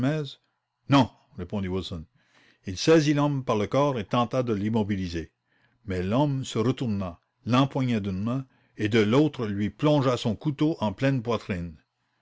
non répondit wilson il saisit l'homme par le corps et tenta de l'immobiliser mais l'homme se retourna l'empoigna d'une main et de l'autre lui plongea son couteau en pleine poitrine